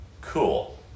Cool